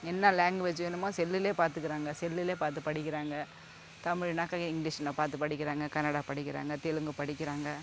என்ன லாங்குவேஜ் வேணுமோ செல்லுலேயே பார்த்துக்குறாங்க செல்லுலேயே பார்த்து படிக்கிறாங்க தமிழ்னாக்க இங்கிலீஷ்ல பார்த்து படிக்கிறாங்க கன்னடா படிக்கிறாங்க தெலுங்கு படிக்கிறாங்க